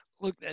look